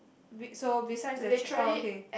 be so besides the ch~ oh okay